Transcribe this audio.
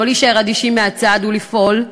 לא להישאר אדישים מהצד, ולפעול.